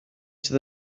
sydd